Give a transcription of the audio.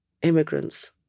Immigrants